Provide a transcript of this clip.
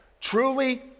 truly